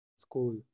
School